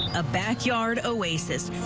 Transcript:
a backyard oasis.